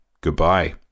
goodbye